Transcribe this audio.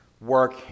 work